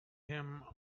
him